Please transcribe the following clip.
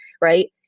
right